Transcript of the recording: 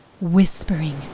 whispering